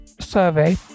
survey